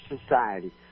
society